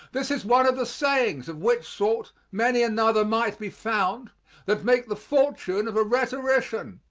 this is one of the sayings of which sort many another might be found that make the fortune of a rhetorician,